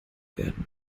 werden